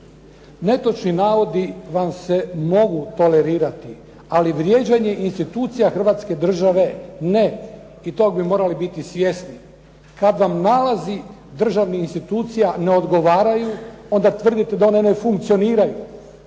Netočni navodi vam se mogu tolerirati, ali vrijeđanje institucija Hrvatske države ne i tog bi morali biti svjesni. Kada nalazi državnih institucija ne odgovaraju onda tvrdite da one ne funkcioniraju.